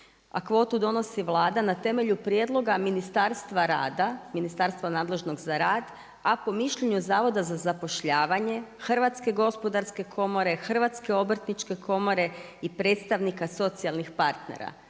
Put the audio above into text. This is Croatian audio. a kvotu donosi Vlada na temelju prijedloga Ministarstva rada, Ministarstva nadležnog za rad, ako mišljenju Zavoda za zapošljavanje, Hrvatske gospodarske komore, Hrvatske obrtničke komore, i predstavnika socijalnih partnera,